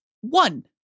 one